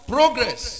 Progress